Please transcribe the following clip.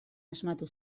asmatu